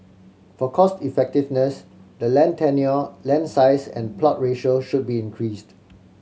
for cost effectiveness the land tenure land size and plot ratio should be increased